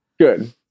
Good